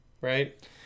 right